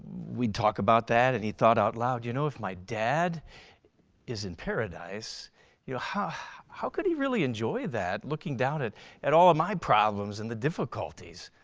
we'd talk about that and he thought out loud you know if my dad is in paradise and how could he really enjoy that looking down at at all ah my problems and the difficulties?